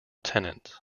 tenants